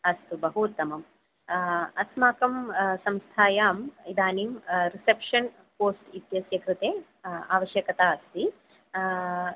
अस्तु बहु उत्तमं अस्माकं संस्थायाम् इदानीं रिसेप्शन् पोस्ट् इत्यस्य कृते आवश्यकता अस्ति